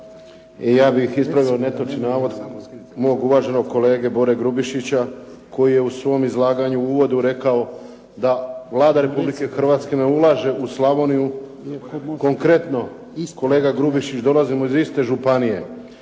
ja bih ispravio netočni navod mog uvaženog kolege Bore Grubišića koji je u svom izlaganju u uvodu rekao, da Vlada Republike Hrvatske ne ulaže u Slavoniju. Konkretno kolega Grubišić dolazimo iz iste županije,